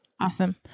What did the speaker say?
Awesome